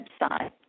website